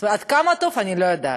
עד כמה טוב, אני לא יודעת.